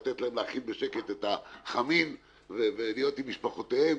לתת להם להכין בשקט את החמין ולהיות עם משפחותיהם,